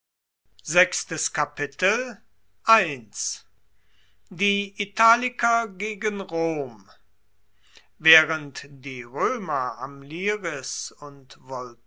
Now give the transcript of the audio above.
die italiker gegen rom waehrend die roemer am liris und